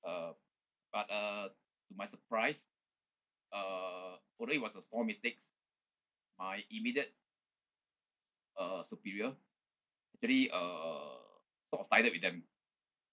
uh but uh to my surprise uh although it was a small mistakes my immediate uh superior actually uh sort of sided with them